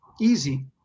easy